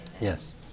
Yes